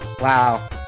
Wow